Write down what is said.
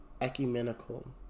Ecumenical